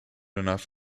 enough